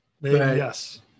Yes